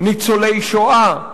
ניצולי שואה,